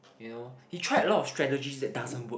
you know he tried a lot of strategies that doesn't work